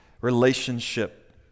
relationship